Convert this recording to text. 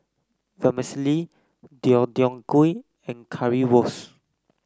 Vermicelli Deodeok Gui and Currywurst